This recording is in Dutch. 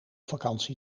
vakantie